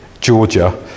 Georgia